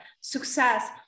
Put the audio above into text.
success